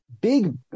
big